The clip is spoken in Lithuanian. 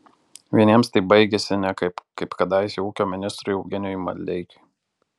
vieniems tai baigiasi nekaip kaip kadaise ūkio ministrui eugenijui maldeikiui